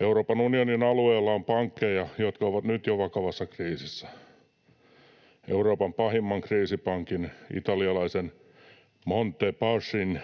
Euroopan unionin alueella on pankkeja, jotka ovat nyt jo vakavassa kriisissä. Euroopan pahimman kriisipankin, italialaisen Monte dei Paschin